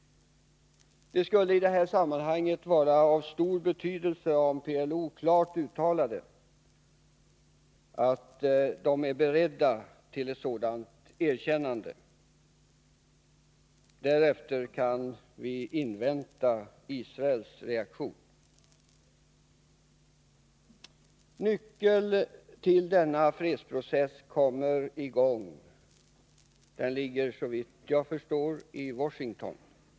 Det skulle i detta sammanhang vara av stor betydelse om PLO klart uttalade att man är beredd till ett sådant erkännande. Därefter kan vi invänta Israels reaktion. Nyckeln till att denna fredsprocess kommer i gång ligger såvitt jag kan förstå i Washington.